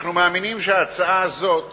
אנחנו מאמינים שההצעה הזאת